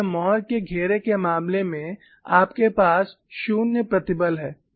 और यह मोहर के घेरे के मामले में आपके पास शून्य प्रतिबल है